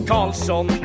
Carlson